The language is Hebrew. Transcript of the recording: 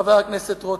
חבר הכנסת רותם,